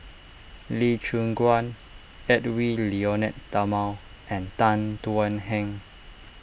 Lee Choon Guan Edwy Lyonet Talma and Tan Thuan Heng